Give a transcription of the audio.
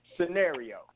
Scenario